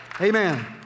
Amen